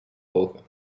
ogen